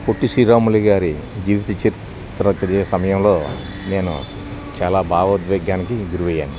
పొట్టి శ్రీరాములు గారి జీవిత చరిత్ర చదివే సమయంలో నేను చాలా భావోద్వేగానికి గురయ్యాను